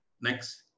Next